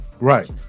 Right